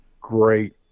great